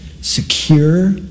secure